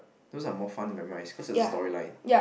those are more fun to memorize cause there's a story line